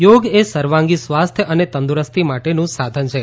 યોગએ સર્વાંગી સ્વાસ્થ્ય અને તંદુરસ્તી માટેનું સમાધાન છે